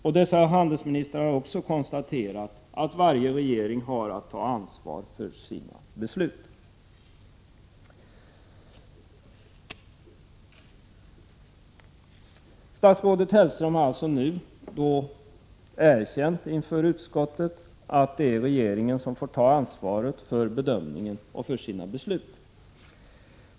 Dessa handelsministrar har också konstaterat att varje regering har att ta ansvar för sina beslut. Statsrådet Hellström har nu inför utskottet erkänt att det är regeringen som får ta ansvaret för bedömningen och för sina beslut.